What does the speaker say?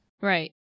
Right